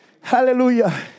Hallelujah